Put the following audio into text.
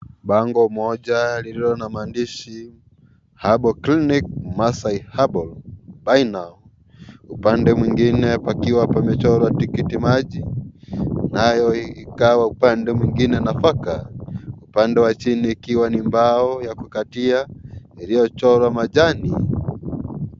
Bango moja lililo na maandishi Herbal Clinic MASAI HERBAL BUY NOW . Upande mwingine pakiwa pamechorwa tikitimaji nayo ikawa upande mwingine nafaka. Upande wa chini ukiwa ni mbao ya kukatia iliyochorwa majani.